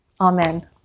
Amen